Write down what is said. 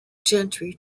gentry